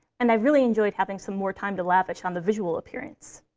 and i'd really enjoy having some more time to lavish on the visual appearance.